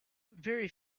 very